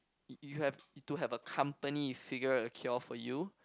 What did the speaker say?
you have to have a company figure a cure for you